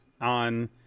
on